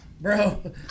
Bro